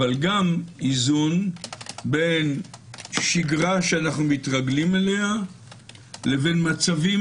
אבל גם איזון בין שגרה שאנו מתרגלים אליה לבין מצבים